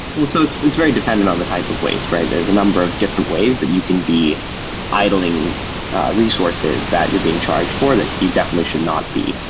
so it's it's very dependent on the type of waste, right? there's a number of different ways that you can be idling resources that you're being charged for that you definitely should not be.